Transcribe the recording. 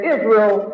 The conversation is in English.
Israel